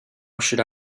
should